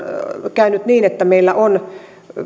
käynyt niin että meillä on